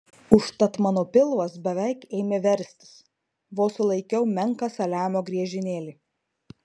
užtat mano pilvas beveik ėmė verstis vos sulaikiau menką saliamio griežinėlį